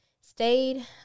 stayed